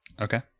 Okay